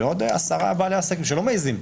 ועוד 10 בעלי עסקים שלא מעזים.